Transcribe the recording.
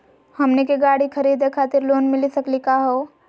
हमनी के गाड़ी खरीदै खातिर लोन मिली सकली का हो?